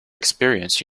experience